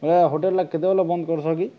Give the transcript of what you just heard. ଆଜ୍ଞା ହୋଟେଲଟା କେତେବେଳେ ବନ୍ଦ କରୁଛ କି